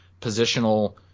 positional